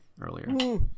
earlier